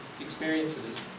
experiences